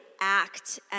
act